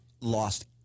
lost